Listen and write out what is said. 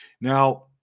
Now